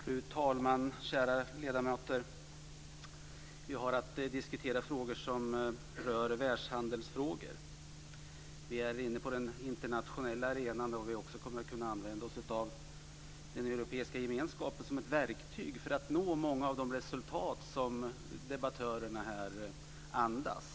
Fru talman! Kära ledamöter! Vi har att diskutera frågor som rör världshandeln. Vi är inne på den internationella arenan där vi också kommer att kunna använda oss av den europeiska gemenskapen som ett verktyg för att nå många av de resultat som debattörerna här andas.